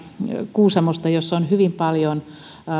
kuusamosta jossa on hyvin paljon